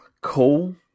cool